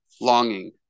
longing